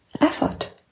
effort